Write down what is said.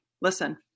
listen